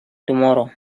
tomorrow